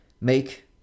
make